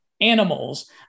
animals